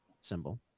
symbol